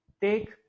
take